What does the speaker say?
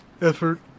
effort